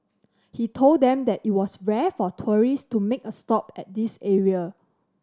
he told them that it was rare for tourist to make a stop at this area